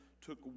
took